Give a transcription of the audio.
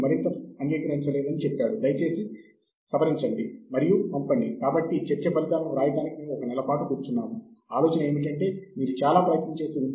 నిర్దిష్ట పత్రం కోసం సూచనలు అవసరమయ్యే భిన్నమైన శైలులు ఏమిటో మనకు తెలుసు